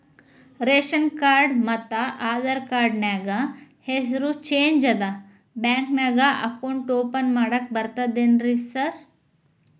Ration card ಮತ್ತ Aadhaar card ನ್ಯಾಗ ಹೆಸರು ಚೇಂಜ್ ಅದಾ ಬ್ಯಾಂಕಿನ್ಯಾಗ ಅಕೌಂಟ್ ಓಪನ್ ಮಾಡಾಕ ಬರ್ತಾದೇನ್ರಿ ಸಾರ್?